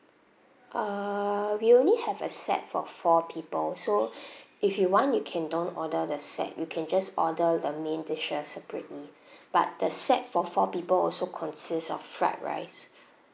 err we only have a set for four people so if you want you can don't order the set you can just order the main dishes separately but the set for four people also consist of fried rice